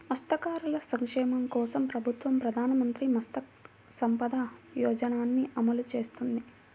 మత్స్యకారుల సంక్షేమం కోసం ప్రభుత్వం ప్రధాన మంత్రి మత్స్య సంపద యోజనని అమలు చేస్తోంది